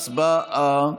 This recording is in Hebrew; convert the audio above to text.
הצבעה.